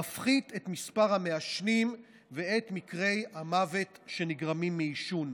מפחית את מספר המעשנים ואת מקרי המוות שנגרמים מעישון.